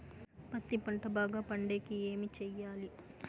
పత్తి పంట బాగా పండే కి ఏమి చెయ్యాలి?